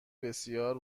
بسیار